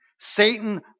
Satan